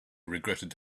regretted